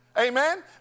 amen